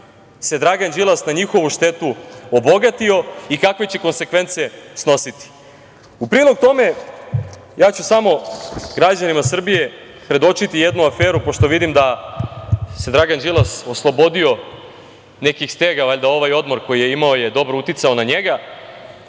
se Dragan Đilas na njihovu štetu obogatio i kakve će konsekvence snositi.U prilog tome ja ću samo građanima Srbije predočiti jednu aferu, pošto vidim da se Dragan Đilas oslobodio nekih stega. Valjda je ovaj odmor koji je imao dobro uticao na njega.